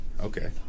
Okay